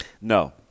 No